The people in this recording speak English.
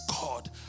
God